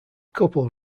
couple